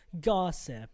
gossip